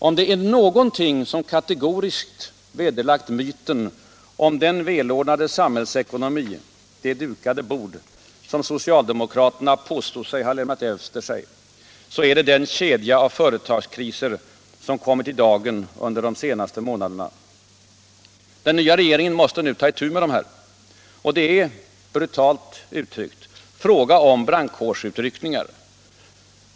Om det är någonting som kategoriskt vederlagt myten om den välordnade samhällsekonomi, det dukade bord, som socialdemokraterna påstod sig ha lämnat över, är det den kedja av företagskriser som kommit i dagen under de senaste månaderna. Den nya regeringen måste nu ta itu med dem. Det är — brutalt uttryckt — fråga om brandkårsutryckningar.